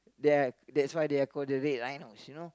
ya that's why they are called the red rhinos you know